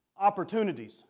opportunities